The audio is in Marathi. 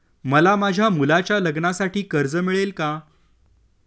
मला माझ्या मुलाच्या लग्नासाठी कर्ज मिळेल का?